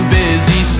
busy